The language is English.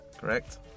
Correct